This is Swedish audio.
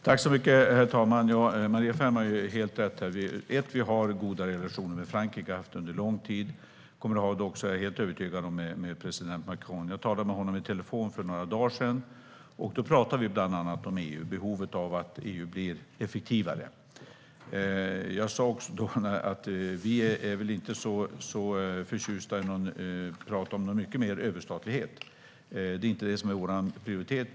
Herr talman! Maria Ferm har helt rätt. Vi har goda relationer med Frankrike och har haft det under lång tid. Vi kommer att ha det också med president Macron; det är jag helt övertygad om. Jag talade med honom i telefon för några dagar sedan. Vi talade bland annat om EU, om behovet av ett effektivare EU. Jag sa också att vi inte är så förtjusta i pratet om mycket mer överstatlighet. Det är inte det som är vår prioritet.